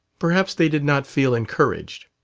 perhaps they did not feel encouraged.